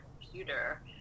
computer